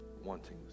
wanting